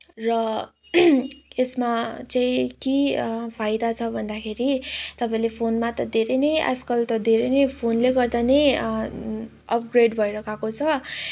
र यसमा चाहिँ के फाइदा छ भन्दाखेरि तपाईँले फोनमा त धेरै नै आजकल त धेरै नै फोनले गर्दा नै अपग्रेड भएर गएको छ